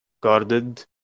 guarded